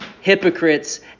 hypocrites